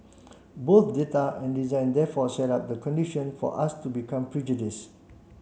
both data and design therefore set up the condition for us to become prejudiced